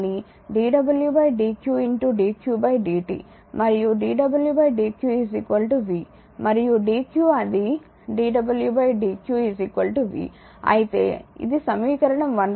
మరియు dw dq v మరియు dq అది dw dq v అయితే ఇది సమీకరణం 1